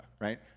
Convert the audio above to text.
right